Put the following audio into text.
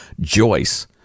Joyce